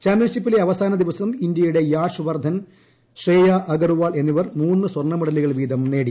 champion ഷിപ്പിലെ അവസാനദിവസം ഇന്ത്യയുടെ യാഷ് വർദ്ധൻ ശ്രേയ അഗർവാൾ എന്നിവർ മൂന്ന് സ്വർണമെഡലുകൾ വീതം നേടി